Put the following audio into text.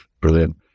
Brilliant